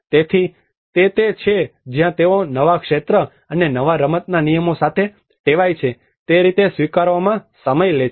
તેથી તે તે છે જ્યાં તેઓ નવા ક્ષેત્ર અને નવા રમતનાં નિયમો સાથે ટેવાય છે તે રીતે સ્વીકારવામાં સમય લે છે